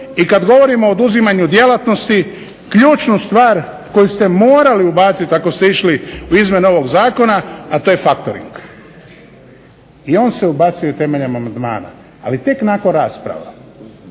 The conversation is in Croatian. I kad govorimo o oduzimanju djelatnosti ključnu stvar koju ste morali ubacit ako ste išli u izmjene ovog zakona, a to je faktoring i on se ubacuje temeljem amandmana ali tek nakon rasprava.